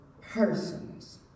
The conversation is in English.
persons